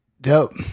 Dope